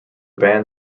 band